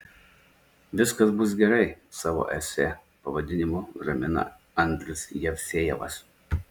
viskas bus gerai savo esė pavadinimu ramina andrius jevsejevas